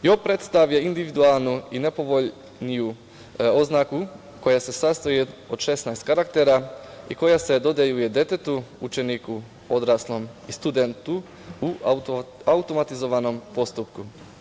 JOB predstavlja individualnu i najpovoljniju oznaku, koja se sastoji od 16 karaktera i koja se dodeljuje detetu, učeniku, odraslom i studentu, u automatizovanom postupku.